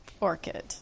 orchid